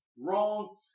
wrong